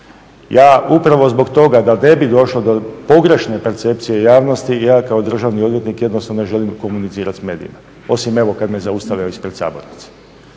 Ja upravo zbog toga da ne bi došlo do pogrešne percepcije javnosti, ja kao državni odvjetnik jednostavno ne želim komunicirati s medijima, osim evo kad me zaustave ispred Sabora,